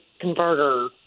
converter